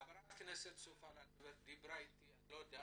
חברת הכנסת סופה לנדבר דיברה איתי בשבוע שעבר.